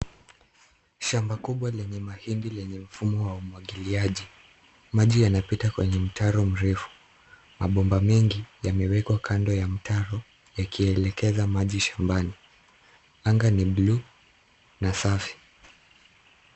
Shamba kubwa lenye mahindi lenya mfumo wa umwagiliaji. Maji yanapita kwenye mtaro mrefu. Mabomba mingi yamewekwa kando ya mtaro yakielekeza maji shambani. Anga ni buluu na safi.